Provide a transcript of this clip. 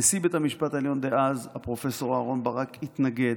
נשיא בית המשפט העליון דאז הפרופ' אהרן ברק התנגד.